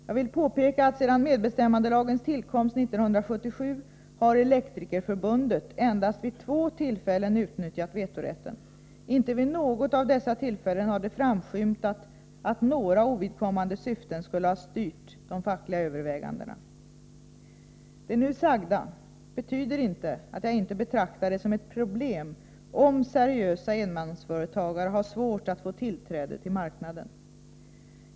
Jag vill påpeka att sedan med bestämmandelagens tillkomst 1977 har Elektrikerförbundet endast vid två — Nr 138 tillfällen utnyttjat vetorätten. Inte vid något av dessa tillfällen har det framskymtat att några ovidkommande syften skulle ha styrt de fackliga Lee övervägandena. Det nu sagda betyder inte att jag inte betraktar det som ett problem om ; seriösa enmansföretag har svårt att få tillträde till marknaden.